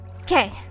Okay